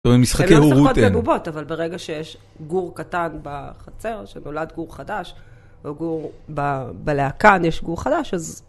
זאת אומרת, משחקי הורות הן. הן לא משחקות בבובות, אבל ברגע שיש גור קטן בחצר, שנולד גור חדש, או גור, בלהקה יש גור חדש, אז...